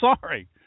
sorry